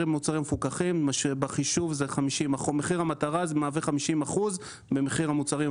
מחיר מוצרים מפוקחים,